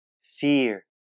fear